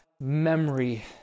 memory